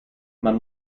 man